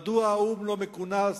מדוע האו"ם לא מכונס?